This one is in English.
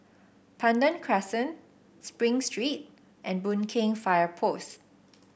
Pandan Crescent Spring Street and Boon Keng Fire Post